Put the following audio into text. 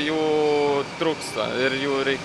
jų trūksta ir jų reik